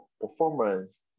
performance